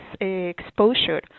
exposure